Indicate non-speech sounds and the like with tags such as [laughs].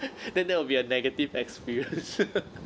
[laughs] then that would be a negative experience